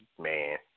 man